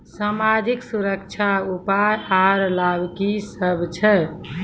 समाजिक सुरक्षा के उपाय आर लाभ की सभ छै?